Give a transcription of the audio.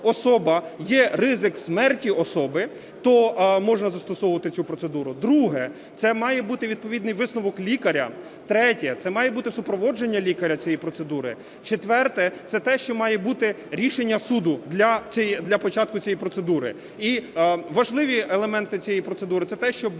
є ризик смерті особи, то можна застосовувати цю процедуру. Друге – це має бути відповідний висновок лікаря. Третє – це має бути супроводження лікарем цієї процедури. Четверте – це те, що має бути рішення суду для початку цієї процедури. І важливі елементи цієї процедури – це те, що